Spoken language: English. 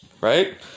right